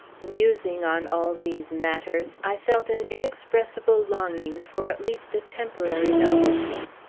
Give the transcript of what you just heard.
musing on all these matters, i felt an inexpressible longing for at least a temporary novelty.